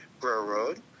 Railroad